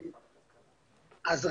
בבקשה.